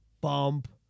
bump